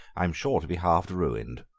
i am sure to be half ruined.